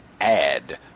add